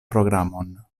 programon